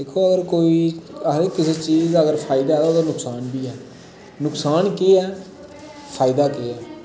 दिक्खो अगर कोई आखदे किसै चीज दा अगर फायदा ऐ ओह्दा नुकसान वी ऐ नुकसान केह् ऐ फायदा केह् ऐ